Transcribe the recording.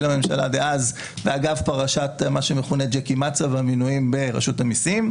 לממשלה דאז ואגב פרשת מה שמכונה ג'קי מצא והמנויים ברשות המיסים.